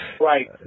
Right